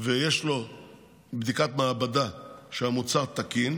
ויש לו בדיקת מעבדה שהמוצר תקין,